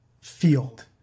field